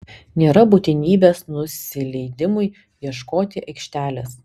nėra būtinybės nusileidimui ieškoti aikštelės